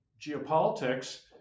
geopolitics